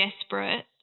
desperate